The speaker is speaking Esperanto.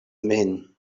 min